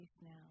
now